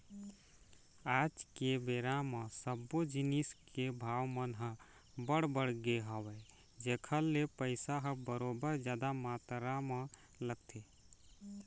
आज के बेरा म सब्बो जिनिस के भाव मन ह बड़ बढ़ गे हवय जेखर ले पइसा ह बरोबर जादा मातरा म लगथे